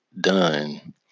done